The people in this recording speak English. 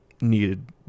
needed